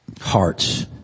hearts